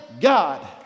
God